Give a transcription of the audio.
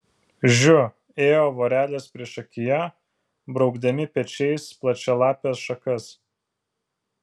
žiu ėjo vorelės priešakyje braukdami pečiais plačialapes šakas